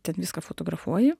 ten viską fotografuoji